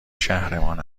شهرمان